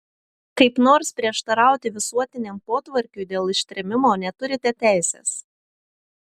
kaip nors prieštarauti visuotiniam potvarkiui dėl ištrėmimo neturite teisės